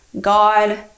God